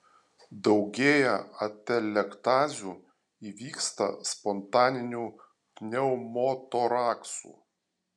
daugėja atelektazių įvyksta spontaninių pneumotoraksų